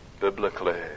biblically